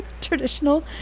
Traditional